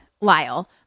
Lyle